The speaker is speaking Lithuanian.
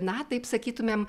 na taip sakytumėm